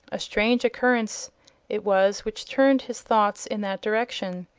a strange occurrence it was which turned his thoughts in that direction.